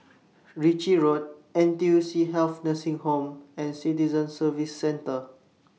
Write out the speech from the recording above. Ritchie Road N T U C Health Nursing Home and Citizen Services Centre